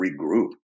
regroup